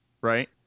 right